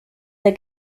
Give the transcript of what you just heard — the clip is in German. der